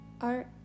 Art